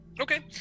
Okay